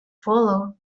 followed